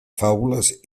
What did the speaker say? faules